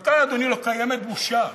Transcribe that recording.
אבל כאן, אדוני, לא קיימת בושה.